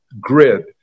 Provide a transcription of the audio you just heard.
GRID